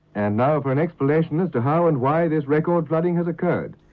and now for an explanation as to how and why this record flooding has occurred.